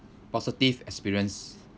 positive experience